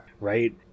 Right